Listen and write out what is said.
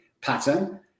pattern